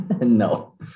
no